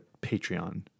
Patreon